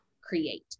create